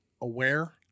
aware